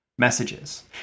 Messages